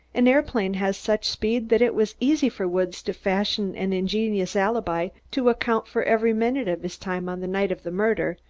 an aeroplane has such speed that it was easy for woods to fashion an ingenious alibi to account for every minute of his time on the night of the murder,